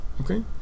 Okay